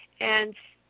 and,